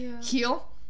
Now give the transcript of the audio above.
heal